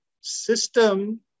system